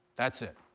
that's it.